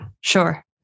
Sure